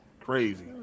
Crazy